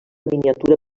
miniatura